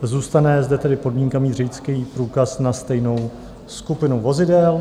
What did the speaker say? Zůstane zde tedy podmínka mít řidičský průkaz na stejnou skupinu vozidel.